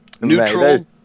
neutral